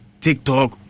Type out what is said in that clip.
TikTok